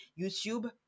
YouTube